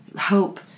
hope